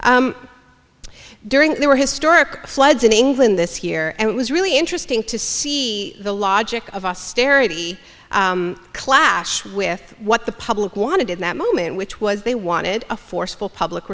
during there were historic floods in england this year and it was really interesting to see the logic of austerity clash with what the public wanted in that moment which was they wanted a forceful public